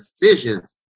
decisions